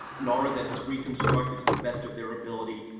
nara then has reconstructed, to the best of their ability,